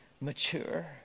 mature